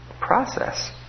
process